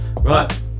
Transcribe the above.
right